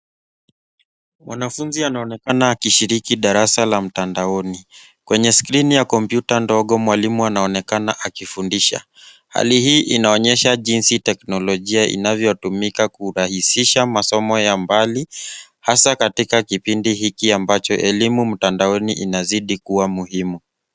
Mwanafunzi anaonekana akishiriki darasa la mtandaoni. Kwenye skrini ya kompyuta ndogo mwalimu anaonekana akifundisha. Hali hii inaonyesha jinsi teknolojia inavyotumika kurahisisha masomo ya mbali hasa katika kipindi hiki ambacho elimu mtandaoni inazidi kuwa muhimu.